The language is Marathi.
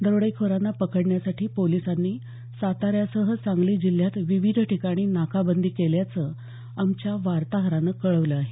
दरोडेखोरांना पकडण्यासाठी पोलिसांनी साताऱ्यासह सांगली जिल्ह्यात विविध ठिकाणी नाकाबंदी केल्याचं आमच्या वार्ताहरानं कळवलं आहे